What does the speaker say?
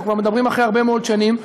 אנחנו כבר מדברים אחרי הרבה מאוד שנים,